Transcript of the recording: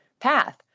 path